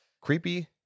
Creepy